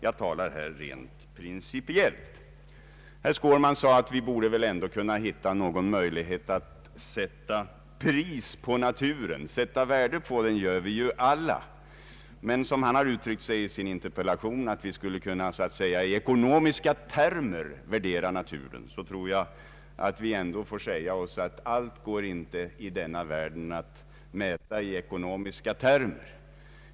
Jag talar här rent principiellt. Herr Skårman sade att man borde kunna finna någon möjlighet att sätta pris på naturen — sätter värde på den gör vi alla. När herr Skårman i sin interpellation uttrycker sig på det sättet att vi så att säga skulle kunna värdera naturen i ekonomiska termer tror jag att vi ändå måste konstatera att allt i denna världen inte går att mäta i ekonomiska termer.